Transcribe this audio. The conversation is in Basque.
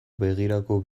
begirako